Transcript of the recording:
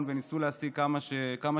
האומיקרון וניסו להשיג כמה שיותר.